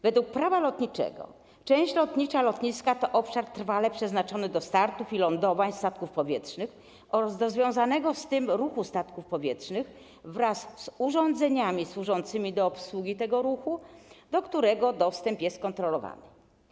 Według Prawa lotniczego część lotnicza lotniska to obszar trwale przeznaczony do startów i lądowań statków powietrznych oraz do związanego z tym ruchu statków powietrznych, wraz z urządzeniami służącymi do obsługi tego ruchu, do którego dostęp jest kontrolowany.